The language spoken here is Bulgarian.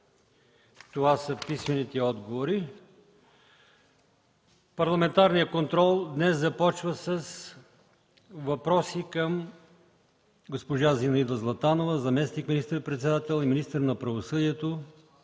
Андон Андонов. Парламентарният контрол днес започва с въпроси към госпожа Зинаида Златанова – заместник министър-председател и министър на правосъдието.